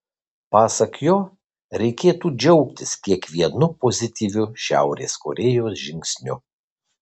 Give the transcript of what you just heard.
pasak jo reikėtų džiaugtis kiekvienu pozityviu šiaurės korėjos žingsniu